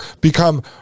become